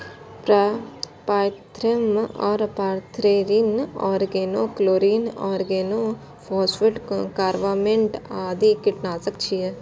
pyrethrum आ pyrethrin, organochlorine, organophosphorus, carbamate आदि कीटनाशक छियै